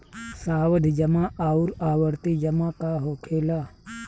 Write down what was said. सावधि जमा आउर आवर्ती जमा का होखेला?